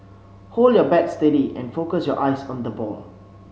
hold your bat steady and focus your eyes on the ball